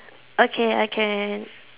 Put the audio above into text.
okay okay